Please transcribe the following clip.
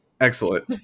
Excellent